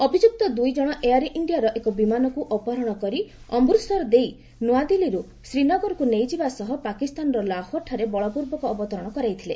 ଅଭିଯୁକ୍ତ ଦୁଇ ଜଣ ଏୟାର୍ ଇଣ୍ଡିଆର ଏକ ବିମାନକୁ ଅପହରଣ କରି ଅମୃତସର ଦେଇ ନୂଆଦିଲ୍ଲୀରୁ ଶ୍ରୀନଗରକୁ ନେଇଯିବା ସହ ପାକିସ୍ତାନର ଲାହୋର୍ଠାରେ ବଳପୂର୍ବକ ଅବତରଣ କରାଇଥିଲେ